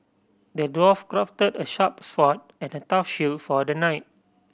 the dwarf crafted a sharp sword and a tough shield for the knight